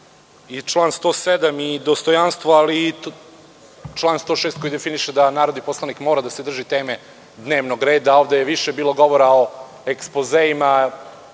i 107. i dostojanstvo, ali i član 106. koji definiše da narodni poslanik mora da se drži teme dnevnog reda. Ovde je više bilo govora o ekspozeima